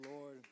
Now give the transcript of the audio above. Lord